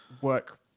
work